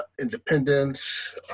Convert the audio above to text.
independence